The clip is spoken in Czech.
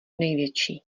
největší